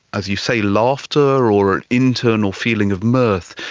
as you say, laughter or an internal feeling of mirth,